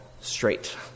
Straight